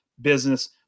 business